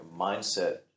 mindset